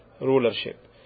rulership